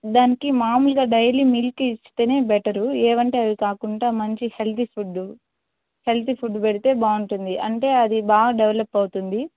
దానికి మామూలుగా daily milk ఇస్తేనే బెటర్ ఏవంటే అవి కాకుండా మంచి హెల్తీ ఫుడ్డు హెల్తీ ఫుడ్ పెడితే బాగుంటుంది అంటే అది బాగా డెవలప్ అవుతుంది